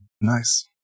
nice